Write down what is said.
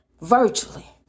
virtually